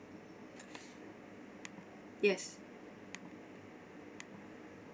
yes